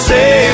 Say